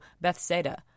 Bethsaida